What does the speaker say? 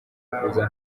kuza